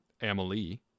Emily